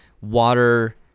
water –